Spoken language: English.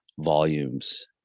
volumes